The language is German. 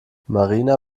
marina